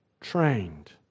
trained